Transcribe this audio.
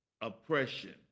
oppression